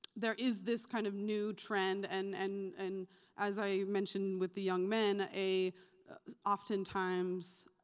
there is this kind of new trend and and and as i mentioned with the young men, a often times